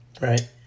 Right